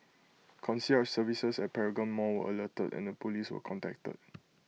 concierge services at Paragon Mall were alerted and the Police were contacted